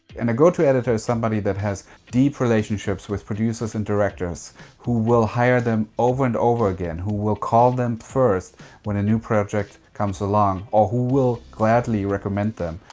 and a go-to editor is somebody that has deep relationships with producers and directors who will hire them over and over again, who will call them first when a new project comes along, or who will gladly recommend them.